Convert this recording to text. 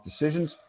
decisions